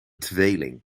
tweeling